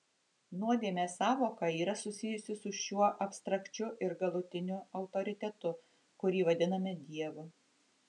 nuodėmės sąvoka yra susijusi su šiuo abstrakčiu ir galutiniu autoritetu kurį vadiname dievu